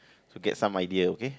so get some idea okay